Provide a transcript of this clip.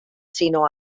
sinó